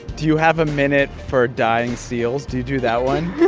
do you have a minute for dying seals? do you do that one?